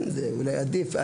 כן, זה אולי עדיף.